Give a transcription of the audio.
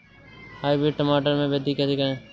Hybrid टमाटर में वृद्धि कैसे करें?